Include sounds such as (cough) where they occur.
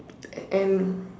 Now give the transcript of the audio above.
(noise) and